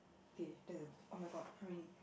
okay that's the oh-my-god how many